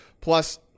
Plus